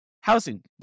housing